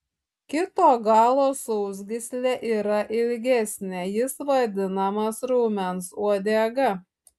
kito galo sausgyslė yra ilgesnė jis vadinamas raumens uodega